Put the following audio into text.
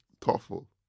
Thoughtful